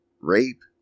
rape